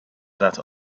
that